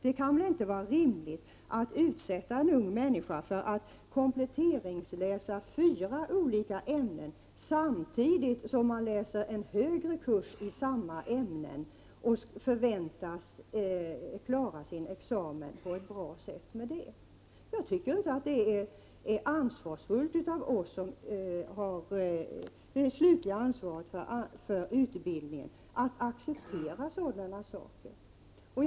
Det kan inte vara rimligt att en ung människa skall behöva kompletteringsläsa fyra olika ämnen samtidigt med en högre kurs i samma ämnen och sedan förväntas klara sin examen på ett bra sätt. Jag tycker inte att det är ansvarsfullt av oss som har det slutliga ansvaret för utbildningen att acceptera sådana förhållanden.